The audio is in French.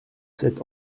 cet